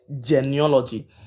genealogy